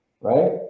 right